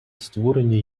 створені